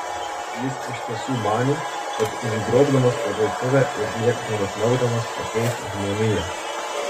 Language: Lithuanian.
jis iš tiesų manė kad užgrobdamas parduotuvę ir nieko nenukniaukdamas pakeis žmoniją